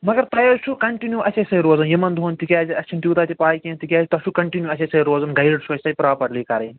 مگر تۄہہِ حظ چھُو کنٹِنو اسیٚے سۭتۍ روزُن یِمن دۄہن تِکیٛازِ اسہِ چھَنہٕ تیوٗتاہ تہِ پَے کیٚنٛہہ تِکیٛازِ تۄہہِ چھُو کنٹِنو اسیٚے سۭتۍ روزُن گَایڈ چھُو اسہِ تۄہہِ پرٛاپرلی کَرٕنۍ